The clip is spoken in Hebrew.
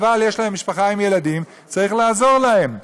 אבל יש להם משפחה עם ילדים וצריך לעזור להם.